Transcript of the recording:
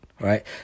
right